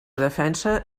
defensa